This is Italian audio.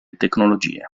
tecnologie